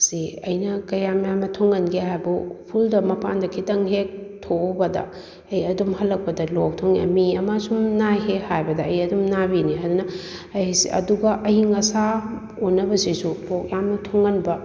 ꯁꯤ ꯑꯩꯅ ꯀꯌꯥꯝ ꯌꯥꯝꯅ ꯊꯨꯡꯒꯟꯒꯦ ꯍꯥꯏꯕꯨ ꯎꯐꯨꯜꯗ ꯃꯄꯥꯟꯗ ꯈꯤꯇꯪ ꯍꯦꯛ ꯊꯣꯛꯎꯕꯗ ꯑꯩ ꯑꯗꯨꯝ ꯍꯜꯂꯛꯄꯗ ꯂꯣꯛ ꯊꯨꯡꯉꯦ ꯃꯤ ꯑꯃ ꯁꯨꯝ ꯅꯥꯏ ꯍꯦꯛ ꯍꯥꯏꯕꯗ ꯑꯩ ꯑꯗꯨꯝ ꯅꯥꯕꯤꯅꯤ ꯑꯗꯨꯅ ꯑꯩꯁꯦ ꯑꯗꯨꯒ ꯑꯏꯪ ꯑꯁꯥ ꯑꯣꯟꯅꯕꯁꯤꯁꯨ ꯂꯣꯛ ꯌꯥꯝꯅ ꯊꯨꯡꯒꯟꯕ